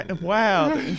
wow